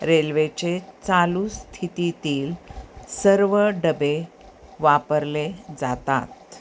रेल्वेचे चालू स्थितीतील सर्व डबे वापरले जाता त